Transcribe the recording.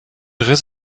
riss